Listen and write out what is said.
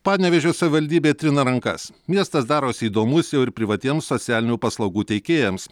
panevėžio savivaldybė trina rankas miestas darosi įdomus jau ir privatiems socialinių paslaugų teikėjams